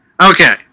okay